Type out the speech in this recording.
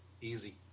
Easy